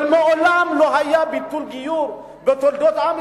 אבל מעולם לא היה ביטול גיור בתולדות עם ישראל,